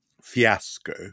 fiasco